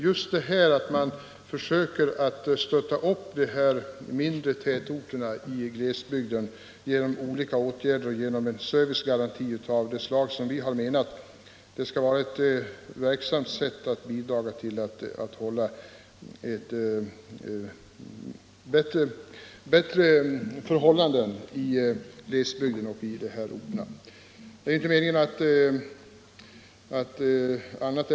Just detta att man försöker att stötta upp mindre tätorter i glesbygderna genom olika åtgärder och genom servicegaranti av det slag som vi har föreslagit tror jag är ett verksamt sätt att åstadkomma bättre förhållanden i de här tätorterna och i glesbygderna över huvud taget.